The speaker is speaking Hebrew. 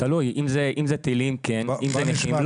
תלוי, אם זה טילים כן, אם זה נכים לא.